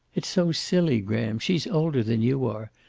it's so silly, graham. she's older than you are.